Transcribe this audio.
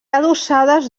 adossades